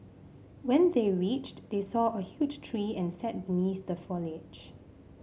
when they reached they saw a huge tree and sat beneath the foliage